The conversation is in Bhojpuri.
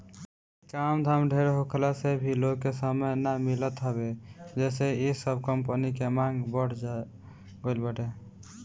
काम धाम ढेर होखला से भी लोग के समय ना मिलत हवे जेसे इ सब कंपनी के मांग बढ़ गईल बाटे